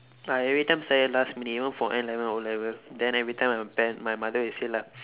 I every time study last minute even for N-level O-level then every time my pare~ my mother will say lah